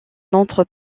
n’entre